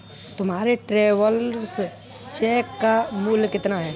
तुम्हारे travellers cheque का मूल्य कितना है?